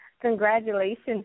congratulations